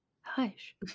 hush